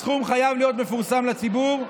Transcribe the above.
הסכום חייב להיות מפורסם לציבור.